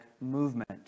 movement